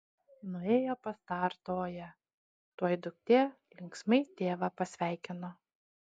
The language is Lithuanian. nuėjo pas tą artoją tuoj duktė linksmai tėvą pasveikino